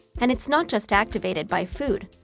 and it's not just activated by food.